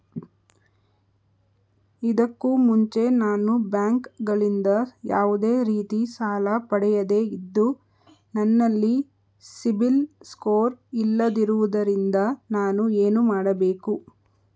ಇದಕ್ಕೂ ಮುಂಚೆ ನಾನು ಬ್ಯಾಂಕ್ ಗಳಿಂದ ಯಾವುದೇ ರೀತಿ ಸಾಲ ಪಡೆಯದೇ ಇದ್ದು, ನನಲ್ಲಿ ಸಿಬಿಲ್ ಸ್ಕೋರ್ ಇಲ್ಲದಿರುವುದರಿಂದ ನಾನು ಏನು ಮಾಡಬೇಕು?